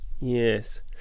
Yes